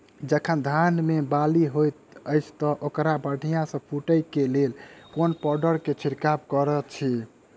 जखन धान मे बाली हएत अछि तऽ ओकरा बढ़िया सँ फूटै केँ लेल केँ पावडर केँ छिरकाव करऽ छी?